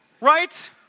Right